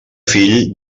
fill